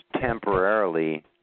temporarily